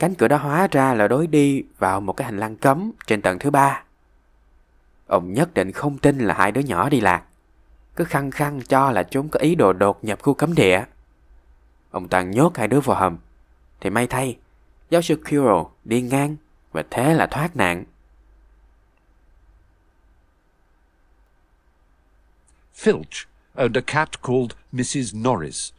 Cánh cửa đã hóa ra là lối đi vào một cái hành lang cấm trên tầng thứ ba. Ông nhất định không tin là hai đứa nhỏ đi lạc. Cứ khăng khăng cho là chúng có ý đồ đột nhập khu cấm địa. Ông toàn nhốt hai đứa vào hầm. Thì may thay, giáo sư Quirrell đi ngang và thế là thoát nạn. Filch owned a cat called Mrs. Norris.